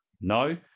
No